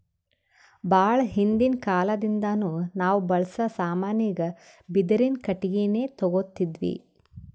ಭಾಳ್ ಹಿಂದಿನ್ ಕಾಲದಿಂದಾನು ನಾವ್ ಬಳ್ಸಾ ಸಾಮಾನಿಗ್ ಬಿದಿರಿನ್ ಕಟ್ಟಿಗಿನೆ ತೊಗೊತಿದ್ವಿ